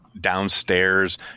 downstairs